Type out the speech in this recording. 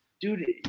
dude